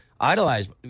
idolized